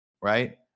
right